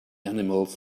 animals